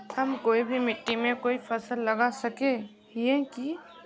हम कोई भी मिट्टी में कोई फसल लगा सके हिये की?